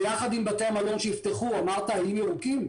יחד עם בתי המלון שיפתחו, אמרת איים ירוקים?